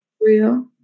real